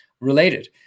related